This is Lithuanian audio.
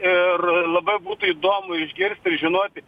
ir labai būtų įdomu išgirsti ir žinoti